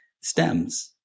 stems